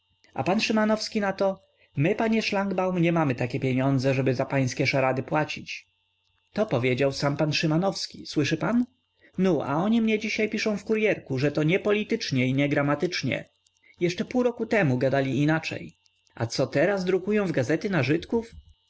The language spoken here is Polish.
a pan szymanowski na to my panie szlangbaum nie mamy takie pieniądze żeby za pańskie szarady płacić to powiedział sam pan szymanowski słyszy pan nu a oni mnie dzisiaj piszą w kuryerku że to niepolitycznie i niegramatycznie jeszcze pół roku temu gadali inaczej a co teraz drukują w gazety na żydków